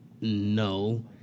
no